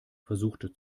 versuchte